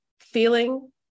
feeling